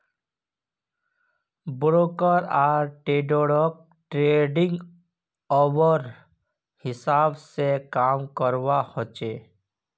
broker आर ट्रेडररोक trading hour हिसाब से काम करवा होचे